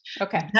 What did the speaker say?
Okay